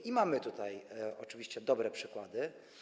I mamy tutaj oczywiście dobre przykłady.